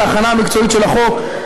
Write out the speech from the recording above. על ההכנה המקצועית של החוק,